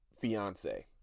fiance